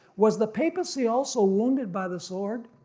was the papacy also wounded by the sword?